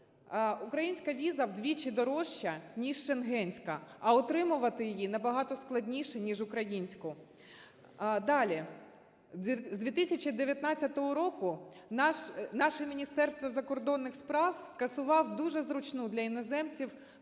українська віза вдвічі дорожча ніж шенгенська, а отримувати її набагато складніше ніж українську. Далі. З 2019 року наше Міністерство закордонних справ скасувало дуже зручну для іноземців процедуру